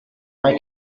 mae